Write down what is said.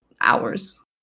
hours